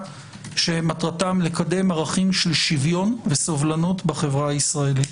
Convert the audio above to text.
שמטרתם לקדם ערכי שוויון וסובלנות בחברה הישראלית.